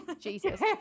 jesus